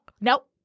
Nope